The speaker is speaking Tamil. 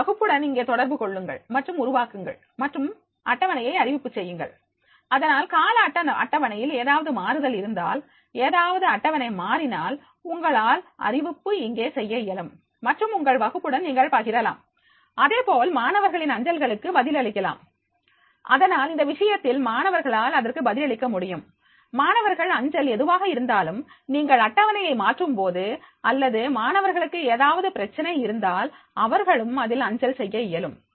உங்கள் வகுப்புடன் இங்கே தொடர்பு கொள்ளுங்கள் மற்றும் உருவாக்குங்கள் மற்றும் அட்டவணையை அறிவிப்பு செய்யுங்கள் அதனால் கால அட்டவணையில் ஏதாவது மாறுதல் இருந்தால் ஏதாவது அட்டவணை மாறினால் உங்களால் அறிவிப்பு இங்கே செய்ய இயலும் மற்றும் உங்கள் வகுப்புடன் நீங்கள் பகிரலாம் அதேபோல் மாணவர்களின் அஞ்சல்களுக்கு பதிலளிக்கலாம் அதனால் இந்த விஷயத்தில் மாணவர்களால் அதற்கு பதிலளிக்க முடியும் மாணவர்கள் அஞ்சல் எதுவாக இருந்தாலும் நீங்கள் அட்டவணையை மாற்றும்போது அல்லது மாணவர்களுக்கு ஏதாவது பிரச்சினை இருந்தால் அவர்களும் அதில் அஞ்சல் செய்ய இயலும்